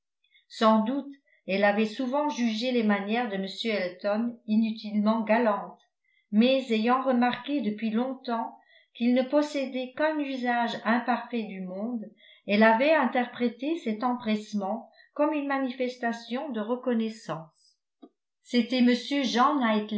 sans doute elle avait souvent jugé les manières de m elton inutilement galantes mais ayant remarqué depuis longtemps qu'il ne possédait qu'un usage imparfait du monde elle avait interprété cet empressement comme une manifestation de reconnaissance c'était m jean